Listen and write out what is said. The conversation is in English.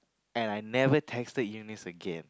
and I never texted eunice again